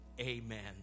Amen